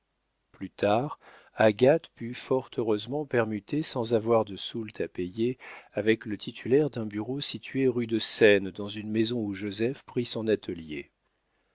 plus tard agathe put fort heureusement permuter sans avoir de soulte à payer avec le titulaire d'un bureau situé rue de seine dans une maison où joseph prit son atelier